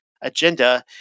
agenda